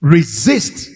Resist